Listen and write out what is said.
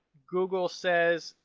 google says,